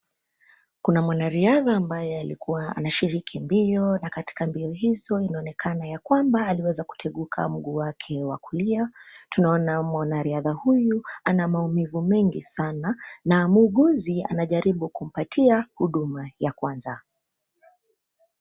Kuna mwanariadha ambaye alikuwa anashiriki mbio na katika mbio hizo inaonekana ya kwamba aliweza kuteguka mguu wake wa kulia. Tunaona mwanariadha huyu ana maumivi mingi sana na muuguzi anajaribu kumpatia huduma ya kwanza.